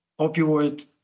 opioid